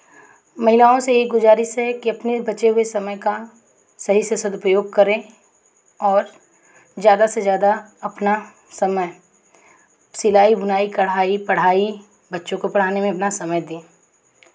महिलाओं से यही गुजारिश है कि अपने बचे हुए समय का सही से सदुपयोग करें और ज़्यादा से ज़्यादा अपना समय सिलाई बुनाई कढ़ाई पढ़ाई बच्चों को पढ़ाने में अपना समय दें